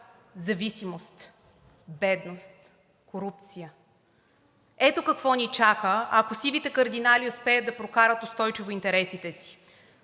зависимост, бедност, корупция. Ето какво ни чака, ако сивите кардинали успеят да прокарат устойчиво интересите си.